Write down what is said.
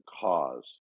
cause